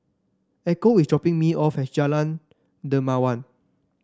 Echo is dropping me off at Jalan Dermawan